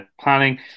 planning